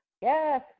Yes